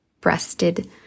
breasted